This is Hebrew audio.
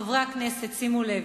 חברי הכנסת, שימו לב: